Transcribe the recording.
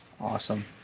Awesome